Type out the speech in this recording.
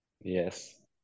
Yes